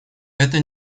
это